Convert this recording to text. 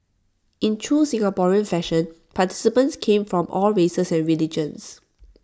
in true Singaporean fashion participants came from all races and religions